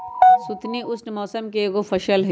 सुथनी उष्ण मौसम के एगो फसल हई